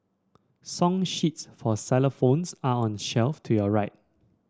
song sheets for xylophones are on the shelf to your right